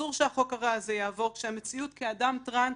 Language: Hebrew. אסור שהחוק הרע הזה יעבור כשהמציאות כאדם טרנס,